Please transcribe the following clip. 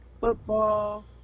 Football